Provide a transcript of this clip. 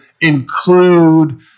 include